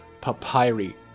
Papyri